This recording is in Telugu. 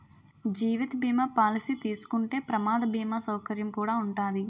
జీవిత బీమా పాలసీ తీసుకుంటే ప్రమాద బీమా సౌకర్యం కుడా ఉంటాది